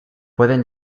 pueden